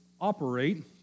operate